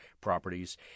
properties